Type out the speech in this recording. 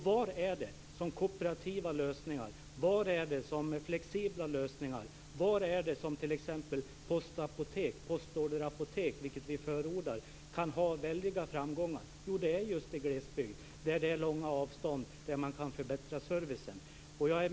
Var är det som kooperativa lösningar, flexibla lösningar, postorderapotek - vilket vi förordar - kan ha väldiga framgångar? Jo, det är just i glesbygd där det är långa avstånd och där man kan förbättra servicen.